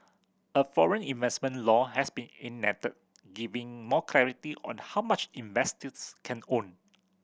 a foreign investment law has been enacted giving more clarity on how much investors can own